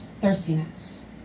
Thirstiness